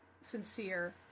sincere